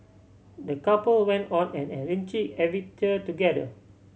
the couple went on an adventure together